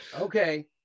Okay